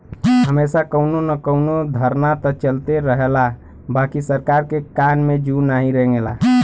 हमेशा कउनो न कउनो धरना त चलते रहला बाकि सरकार के कान में जू नाही रेंगला